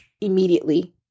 immediately